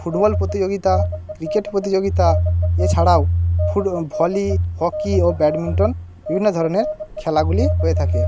football প্রতিযোগিতা cricket প্রতিযোগিতা এছাড়াও ফুট ভলি হকি ও ব্যাডমিন্টন বিভিন্ন ধরণের খেলাগুলি হয়ে থাকে